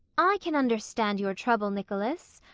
i can understand your trouble, nicholas.